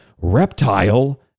reptile